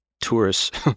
tourists